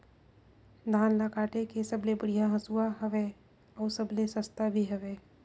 धान ल काटे के सबले बढ़िया हंसुवा हवये? अउ सबले सस्ता भी हवे?